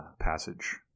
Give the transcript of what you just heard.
passage